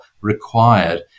required